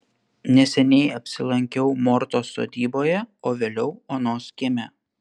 neseniai apsilankiau mortos sodyboje o vėliau onos kieme